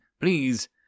Please